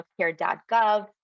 healthcare.gov